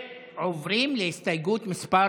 עוברים להסתייגות מס'